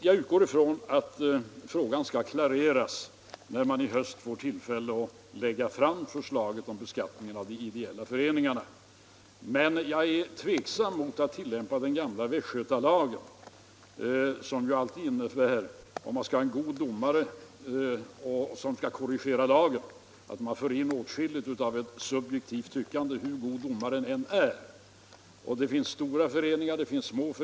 Jag utgår från att frågan kommer att klaras upp, när det i höst blir tillfälle att lägga fram förslaget om beskattningen av ideella föreningar. Men jag är tveksam när det gäller att tillämpa den gamla västgötalagen, som säger att en god domare skall korrigera lagen, ty det innebär alltid att man för in åtskilligt av subjektivt tyckande, hur god domare man än är. Vi har både små och stora föreningar.